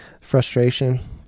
frustration